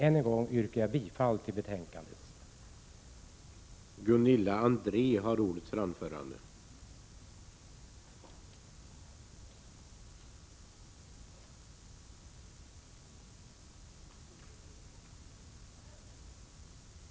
Än en gång yrkar jag bifall till utskottets hemställan.